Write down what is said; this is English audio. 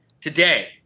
today